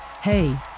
Hey